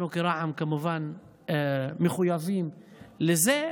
אנחנו כרע"מ כמובן מחויבים לזה.